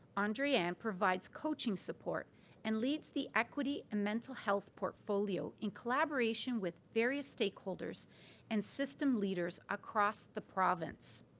andreanne provides coaching support and leads the equity and mental health portfolio in collaboration with various stakeholders and system leaders across the province.